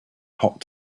hot